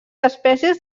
espècies